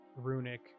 runic